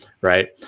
Right